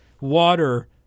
water